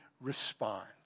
respond